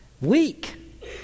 weak